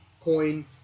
coin